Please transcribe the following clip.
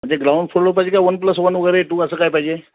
म्हणजे ground floor पाहीजे का वन प्लस वन वैगरे टू असं काय पाहीजे